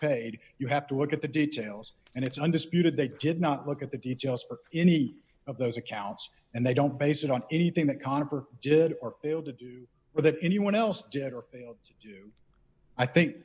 paid you have to look at the details and it's undisputed they did not look at the details for any of those accounts and they don't base it on anything that conover did or failed to do or that anyone else jed or failed to do i think